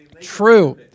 True